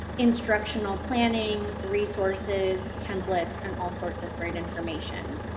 instructional planning, resources, templates, and all sorts of great information.